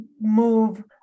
move